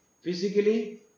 physically